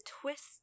twist